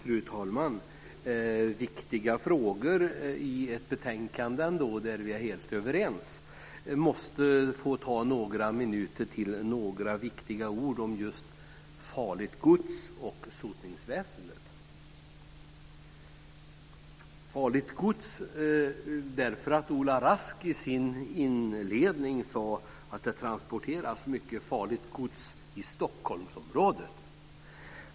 Fru talman! Viktiga frågor i ett betänkande där vi är helt överens måste få några minuter till några viktiga ord om just farligt gods och sotningsväsendet. Jag vill ta upp farligt gods därför att Ola Rask i sin inledning av debatten sade att det transporteras mycket farligt gods i Stockholmsområdet.